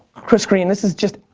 chris green, this is just